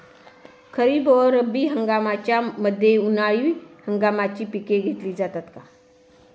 खरीप व रब्बी हंगामाच्या मध्ये उन्हाळी हंगामाची पिके घेतली जातात का?